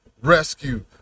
rescue